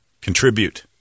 Contribute